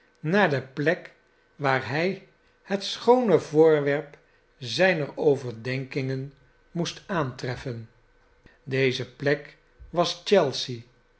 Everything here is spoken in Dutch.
naar de plek waar hij het schoone voorwerp zijner overdenkingen moest aantrefien deze plek was chelsea